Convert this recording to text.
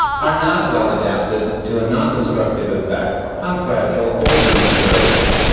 are not well adapted to a non-destructive effect on fragile older materials.